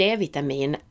D-vitamin